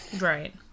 Right